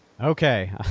Okay